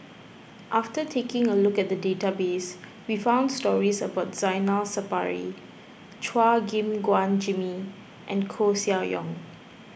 after taking a look at the database we found stories about Zainal Sapari Chua Gim Guan Jimmy and Koeh Sia Yong